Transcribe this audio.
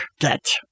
get